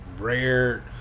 rare